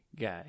guy